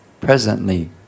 presently